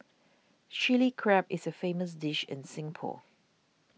Chilli Crab is a famous dish in Singapore